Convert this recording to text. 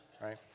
right